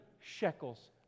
shekels